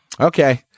Okay